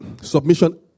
submission